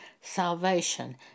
salvation